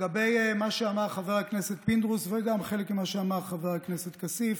לגבי מה שאמר חבר הכנסת פינדרוס וגם חלק ממה שאמר חבר הכנסת כסיף,